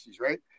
right